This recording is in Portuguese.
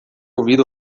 ouvido